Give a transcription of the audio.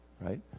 right